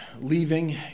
leaving